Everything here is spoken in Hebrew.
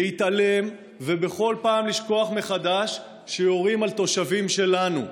להתעלם ובכל פעם לשכוח מחדש שיורים על תושבים שלנו.